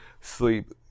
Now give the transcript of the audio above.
sleep